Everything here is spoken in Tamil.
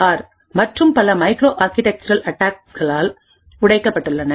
ஆர் மற்றும் பல மைக்ரோ ஆர்க்கிடெக்சுரல் அட்டாக்ஸ்களால் உடைக்கப்பட்டுள்ளன